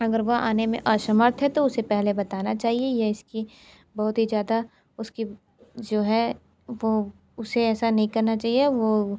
अगर वह आने में असमर्थ है तो उसे पहले बताना चाहिए ये इसकी बहुत ही ज़्यादा उसकी जो है वो उसे ऐसा नहीं करना चाहिए वो